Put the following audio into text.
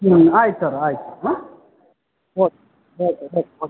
ಹ್ಞೂ ಆಯ್ತು ಸರ್ ಆಯ್ತು ಹಾಂ ಓಕೆ ಓಕೆ ಓಕೆ ಓಕೆ